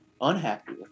unhappy